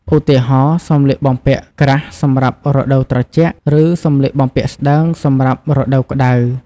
ឧទាហរណ៍ សម្លៀកបំពាក់ក្រាស់សម្រាប់រដូវត្រជាក់ ឬសម្លៀកបំពាក់ស្តើងសម្រាប់រដូវក្តៅ។